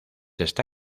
está